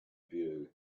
view